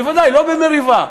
בוודאי לא במריבה.